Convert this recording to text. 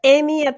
Amy